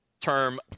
term